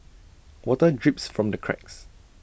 water drips from the cracks